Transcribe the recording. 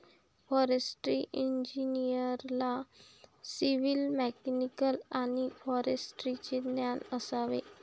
forestry इंजिनिअरला civil, mechanical आणि फॉरेस्ट्रीचे ज्ञान असावे